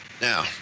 Now